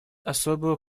особую